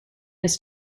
his